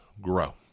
grow